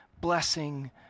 blessing